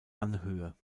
anhöhe